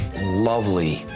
Lovely